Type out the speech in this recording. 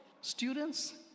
students